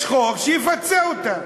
יש חוק שיפצה אותה.